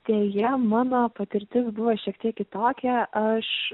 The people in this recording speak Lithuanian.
deja mano patirtis buvo šiek tiek kitokia aš